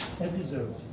episode